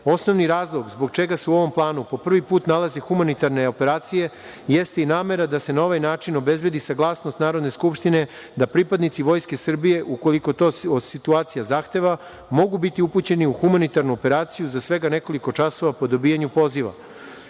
Osnovni razlog zbog čega se u ovom planu po prvi put nalaze humanitarne operacije jeste i namera da se na ovaj način obezbedi saglasnost Narodne skupštine da pripadnici Vojske Srbije, ukoliko to od situacije zahteva, mogu biti upućeni u humanitarnu operaciju za svega nekoliko časova po dobijanju